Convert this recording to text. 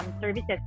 services